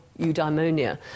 eudaimonia